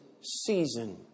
season